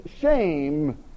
shame